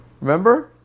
Remember